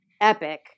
epic